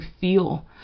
feel